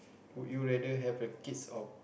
would you rather have a kids or